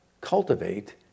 cultivate